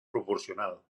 proporcional